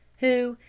who,